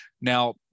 Now